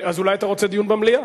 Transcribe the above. אז אולי אתה רוצה דיון במליאה?